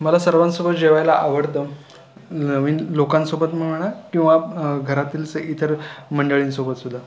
मला सर्वांसोबत जेवायला आवडतं नवीन लोकांसोबत म्हणा किंवा घरातील स इतर मंडळींसोबत सुद्धा